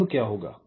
तो अब क्या होगा